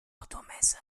automesse